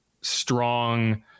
strong